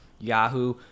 Yahoo